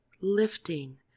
lifting